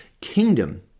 kingdom